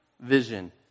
vision